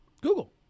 Google